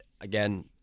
Again